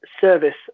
service